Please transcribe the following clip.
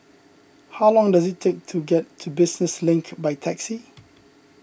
how long does it take to get to Business Link by taxi